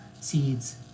Seeds